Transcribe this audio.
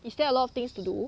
is there a lot of things to do